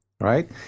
Right